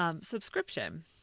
subscription